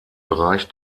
bereich